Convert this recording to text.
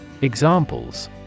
Examples